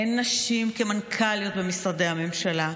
אין נשים כמנכ"ליות במשרדי הממשלה.